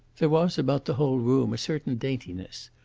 there was about the whole room a certain daintiness,